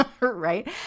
right